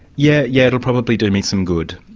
yeah yeah will probably do me some good.